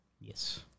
Yes